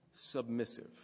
submissive